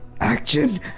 action